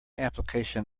application